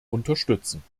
unterstützen